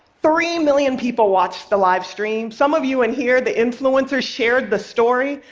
three million people watched the live stream. some of you in here, the influencers, shared the story.